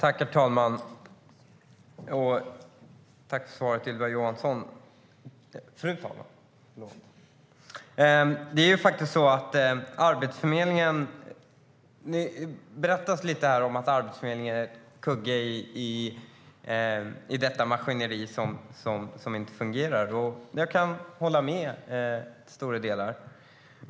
Fru talman! Jag vill tacka Ylva Johansson för svaret. Det berättas här att Arbetsförmedlingen är en kugge i detta maskineri som inte fungerar, och jag kan hålla med till stora delar.